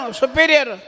superior